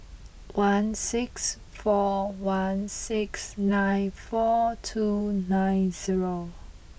one six four one six nine four two nine zero